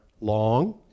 long